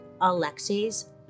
Alexei's